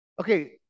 Okay